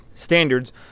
standards